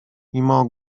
mimo